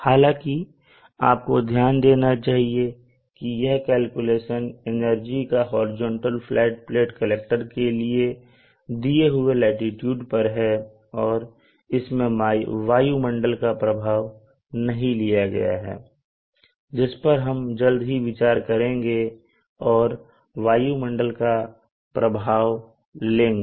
हालांकि आपको ध्यान देना चाहिए की यह कैलकुलेशन एनर्जी का हॉरिजॉन्टल फ्लैट प्लेट कलेक्टर के लिए एक दिए हुए लट्टीट्यूड पर है और इसमें वायुमंडल का प्रभाव नहीं लिया गया है जिस पर हम जल्द ही विचार करेंगे और वायुमंडल का भी प्रभाव लेंगे